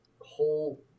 whole